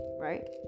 right